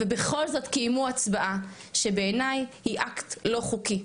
ובכל זאת קיימו הצבעה שבעיני היא אקט לא חוקי,